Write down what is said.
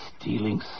stealing